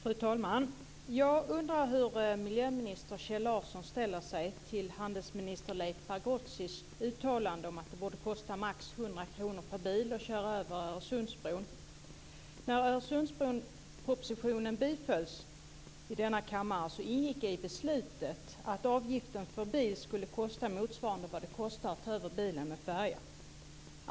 Fru talman! Jag undrar hur miljöminister Kjell Larsson ställer sig till handelsminister Leif Pagrotskys uttalande om att det borde kosta max 100 kr per bil att köra över Öresundsbron.